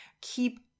keep